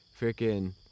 freaking